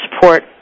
support